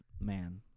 man